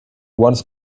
once